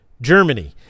Germany